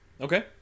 okay